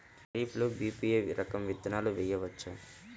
ఖరీఫ్ సీజన్లో బి.పీ.టీ రకం విత్తనాలు వేయవచ్చా?